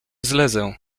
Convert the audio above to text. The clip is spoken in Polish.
zlezę